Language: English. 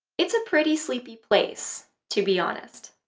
it's a pretty sleepy place, to be honest.